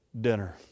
dinner